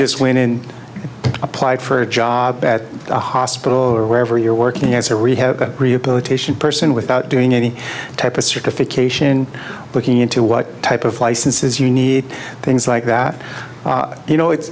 not just when i applied for a job at a hospital or wherever you're working as a rehab rehabilitation person without doing any type of certification looking into what type of licenses you need things like that you know it's